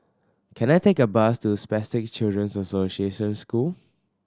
can I take a bus to Spastic Children's Association School